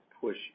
push